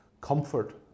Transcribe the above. comfort